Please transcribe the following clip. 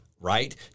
right